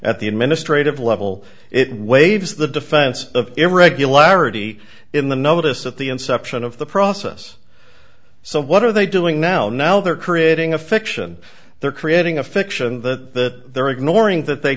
at the administrative level it waives the defense of irregularity in the notice of the inception of the process so what are they doing now now they're creating a fiction they're creating a fiction that they're ignoring that they